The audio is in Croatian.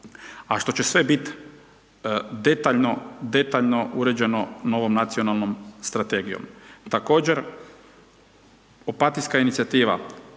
a što će sve bit detaljno uređeno novom nacionalnom strategijom. Također, opatijska inicijativa,